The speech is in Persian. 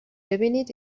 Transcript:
ببینید